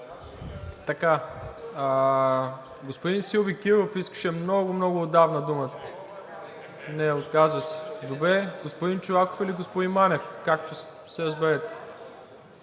Господин Силви Кирилов искаше много, много отдавна думата. (Реплика.) Отказва се. Добре. Господин Чолаков или господин Манев, както се разберете?